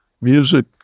music